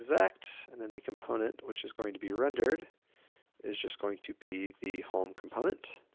exact, and then the component which is going to be rendered is just going to be the home component.